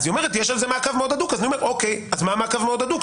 היא אומרת שיש על כך מעקב מאוד הדוק,